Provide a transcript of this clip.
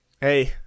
Hey